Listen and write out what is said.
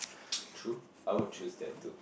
true I would choose that too